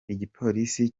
igipolisi